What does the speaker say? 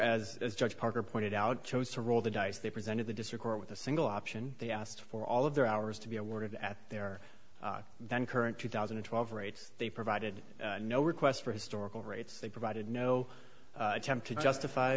here as judge parker pointed out chose to roll the dice they presented the district court with a single option they asked for all of their hours to be awarded at their current two thousand and twelve rates they provided no requests for historical rates they provided no attempt to justify